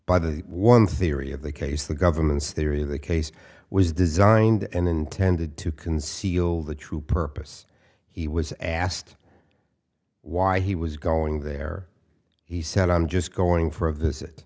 by the one theory of the case the government's theory of the case was designed and intended to conceal the true purpose he was asked why he was going there he said i'm just going for a visit